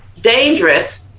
dangerous